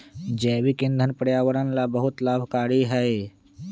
जैविक ईंधन पर्यावरण ला बहुत लाभकारी हई